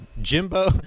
Jimbo